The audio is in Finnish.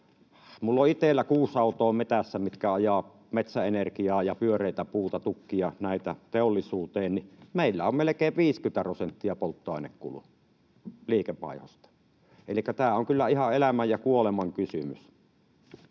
Minulla on itselläni metsässä kuusi autoa, mitkä ajavat metsäenergiaa ja pyöreätä puuta, tukkia, teollisuuteen. Meillä polttoainekulu on melkein 50 prosenttia liikevaihdosta, elikkä tämä on kyllä ihan elämän ja kuoleman kysymys.